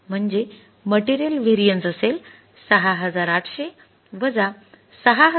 म्हणजे material variance असेल ६८०० ६५१३ २८६